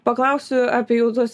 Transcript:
paklausiu apie jau tuos